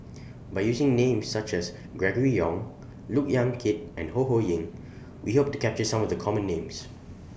By using Names such as Gregory Yong Look Yan Kit and Ho Ho Ying We Hope to capture Some of The Common Names